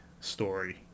story